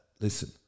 Listen